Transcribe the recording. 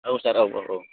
औ सार औ औ औ